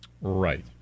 Right